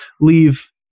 leave